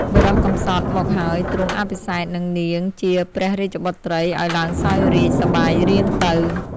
បុរសកំសត់មកហើយទ្រង់អភិសេកនឹងនាងជាព្រះរាជបុត្រី អោយឡើងសោយរាជ្យ សប្បាយរៀងទៅ ។